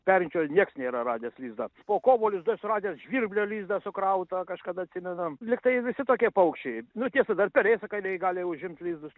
perinčio nieks nėra radęs lizdo po kovo lizdu esu radęs žvirblio lizdą sukrautą kažkada atsimenam lyg tai visi tokie paukščiai nu tiesa dar pelėsakaliai gali užimt lizdus